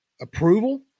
approval